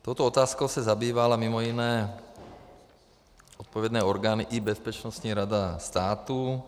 Touto otázkou se zabývala mimo jiné odpovědné orgány i Bezpečnostní rada státu.